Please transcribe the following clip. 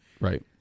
Right